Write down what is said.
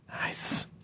Nice